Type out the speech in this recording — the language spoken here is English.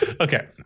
Okay